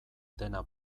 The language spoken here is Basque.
dena